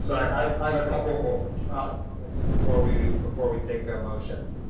so i'm i'm a couple before we, before we take a motion.